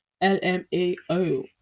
L-M-A-O